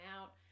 out